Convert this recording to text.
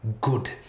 good